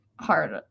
Hard